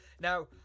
Now